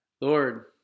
Lord